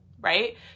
right